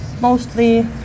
mostly